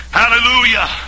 hallelujah